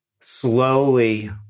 Slowly